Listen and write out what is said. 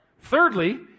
Thirdly